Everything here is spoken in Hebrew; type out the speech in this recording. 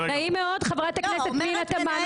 נעים מאוד, חברת הכנסת פנינה תמנו שטה.